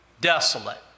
desolate